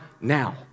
now